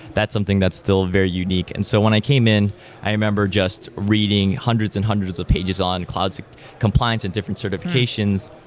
that something that still very unique, and so when i came, i remember just reading hundreds and hundreds of pages on clouds compliance and different certifications.